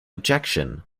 objection